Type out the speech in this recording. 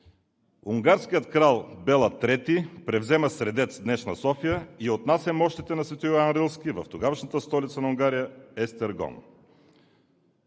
унгарският крал Бела III превзема Средец, днешна София, и отнася мощите на св. Йоан Рилски в тогавашната столица на Унгария Естергон.